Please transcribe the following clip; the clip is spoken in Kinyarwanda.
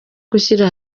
gushyira